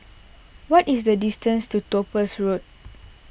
what is the distance to Topaz Road